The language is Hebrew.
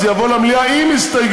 זה יגיע למליאה עם הסתייגויות,